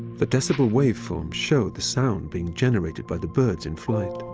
the decibel waveform show the sound being generated by the birds in flight.